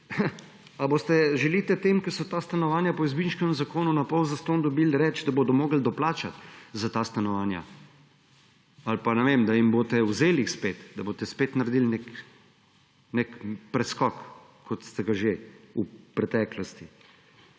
Ali želite tem, ki so ta stanovanja po Jazbinškovem zakonu napol zastonj dobili, reči, da bodo morali doplačati za ta stanovanja? Ali pa, ne vem, da jim boste jih vzeli spet, da boste spet naredili nek preskok, kot ste ga že v preteklosti?